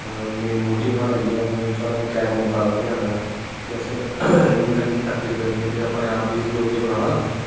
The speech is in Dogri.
मेन मोटिव साढ़ा इयै मेन इक्कै मुध्दा ऐ उत्थें जाने दा कि असैं रनिंग करनी प्रैक्टिस करनी ऐ अपने आप गी इस योग्य बनाना